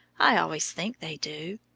i always think they do.